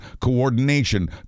coordination